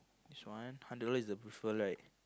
this one hundred dollar is the referral right